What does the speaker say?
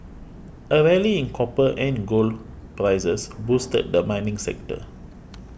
a rally in copper and gold prices boosted the mining sector